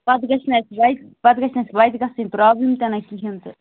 پَتہٕ گٔژھ نہٕ اَسہِ وَتہِ پَتہٕ گژھِ نہٕ اَسہِ وَتہِ گَژھٕنۍ پرٛابلِم تِنہٕ کِہیٖنۍ تہٕ